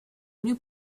new